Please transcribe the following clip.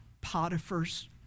Potiphar's